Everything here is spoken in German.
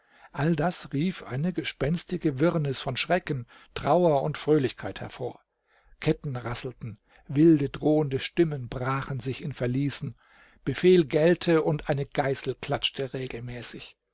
all das rief eine gespenstige wirrnis von schrecken trauer und fröhlichkeit hervor ketten rasselten wilde drohende stimmen brachen sich in verließen befehl gellte und eine geißel klatschte regelmäßig